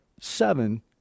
seven